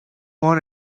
want